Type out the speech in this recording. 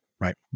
Right